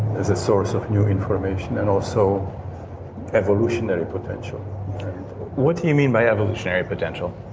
as a source of new information. and also evolutionary potential what do you mean by evolutionary potential?